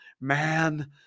man